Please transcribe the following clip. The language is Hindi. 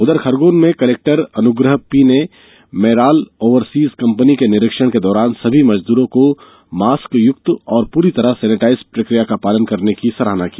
उधर खरगोन में कलेक्टर अनुग्रह पी ने मैराल ओवरसीज कंपनी के निरीक्षण के दौरान सभी मजदूरों को मास्कयुक्त और पूरी तरह सेनेटाइज प्रकिया का पालन करने की सराहना की